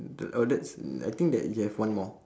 the oh that's mm I think that you have one more